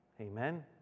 Amen